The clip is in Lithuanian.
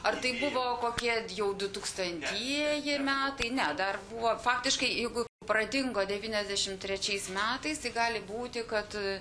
ar tai buvo kokie jau du tūkstantieji metai ne dar buvo faktiškai jeigu pradingo devyniasdešim trečiais metais tai gali būti kad